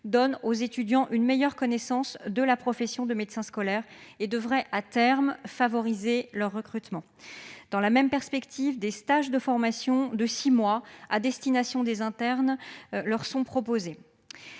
donne aux étudiants une meilleure connaissance de la profession de médecin scolaire et devrait à terme favoriser le recrutement. Dans la même perspective, des stages de formation de six mois à destination des internes leur sont proposés.